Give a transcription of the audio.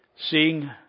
seeing